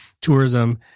tourism